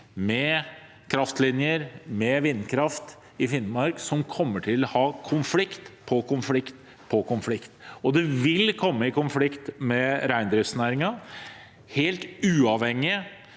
med kraftlinjer og vindkraft i Finnmark som kommer til å ha konflikt på konflikt på konflikt. Det vil komme i konflikt med reindriftsnæringen – helt uavhengig